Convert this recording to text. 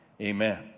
amen